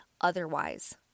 otherwise